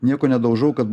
nieko nedaužau kad